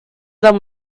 them